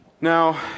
Now